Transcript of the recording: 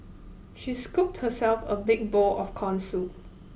she scooped herself a big bowl of corn soup